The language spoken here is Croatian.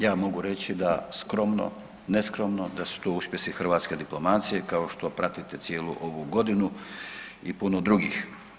Ja mogu reći da skromno, neskromno da su to uspjesi hrvatske diplomacije kao što pratite cijelu ovu godinu i puno drugih.